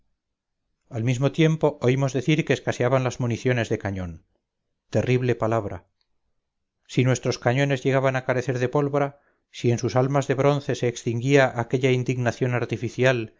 al mismo tiempo oímos decir que escaseaban las municiones de cañón terrible palabra si nuestros cañones llegaban a carecer de pólvora si en sus almas de bronce se extinguía aquella indignación artificial